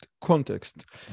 context